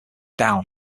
down